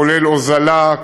כולל הוזלה,